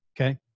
Okay